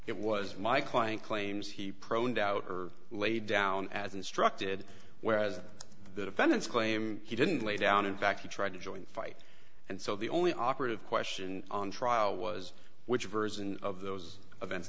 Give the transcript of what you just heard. it was my client claims he preowned out or lay down as instructed whereas the defendants claim he didn't lay down in fact he tried to join the fight and so the only operative question on trial was which version of those events